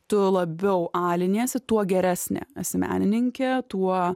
tu labiau aliniesi tuo geresnė esi menininkė tuo